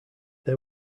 they